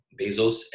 Bezos